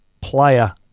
player